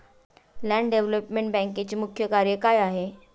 Land development बँकेचे मुख्य कार्य काय आहे?